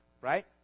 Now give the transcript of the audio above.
right